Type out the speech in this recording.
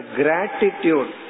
gratitude